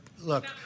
Look